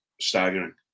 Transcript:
staggering